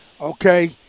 okay